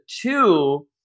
two